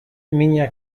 mina